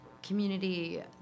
Community